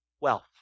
wealth